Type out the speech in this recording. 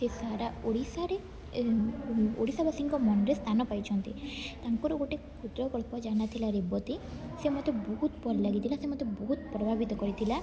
ସେ ସାରା ଓଡ଼ିଶାରେ ଓଡ଼ିଶାବାସୀଙ୍କ ମନରେ ସ୍ଥାନ ପାଇଛନ୍ତି ତାଙ୍କର ଗୋଟେ କ୍ଷୁଦ୍ରକଳ୍ପ ଯାହା ନାଁ ଥିଲା ରେବତୀ ସେ ମୋତେ ବହୁତ ଭଲ ଲାଗିଥିଲା ସେ ମତେ ବହୁତ ପ୍ରଭାବିତ କରିଥିଲା